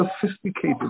sophisticated